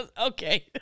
Okay